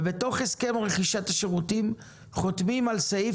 ובתוך הסכם רכישת השירותים חותמים על סעיף